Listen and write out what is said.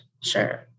sure